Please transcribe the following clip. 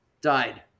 died